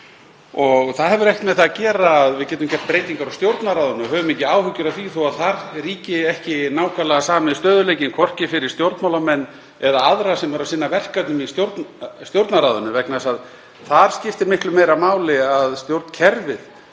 Það hefur ekkert með það að gera hvort við getum gert breytingar á Stjórnarráðinu. Höfum ekki áhyggjur af því þó að þar ríki ekki nákvæmlega sami stöðugleikinn, hvorki fyrir stjórnmálamenn né aðra sem sinna verkefnum í Stjórnarráðinu, vegna þess að þar skiptir miklu meira máli að stjórnkerfið